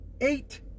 eight